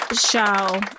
show